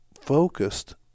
focused